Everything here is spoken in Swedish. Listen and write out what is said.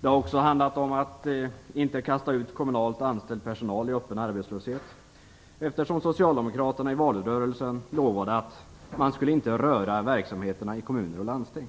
Det har också handlat om att inte kasta ut kommunalt anställd personal i öppen arbetslöshet. Socialdemokraterna lovade i valrörelsen att man inte skulle röra verksamheterna i kommuner och landsting.